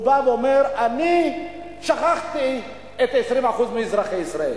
והוא בא ואומר: אני שכחתי 20% מאזרחי ישראל?